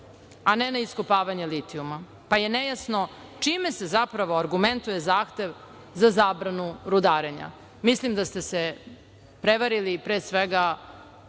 a ne na iskopavanje litijuma, pa je nejasno čime se zapravo argumentuje zahtev za zabranu rudarenja. Mislim da ste se prevarili pre svega